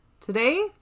Today